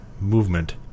movement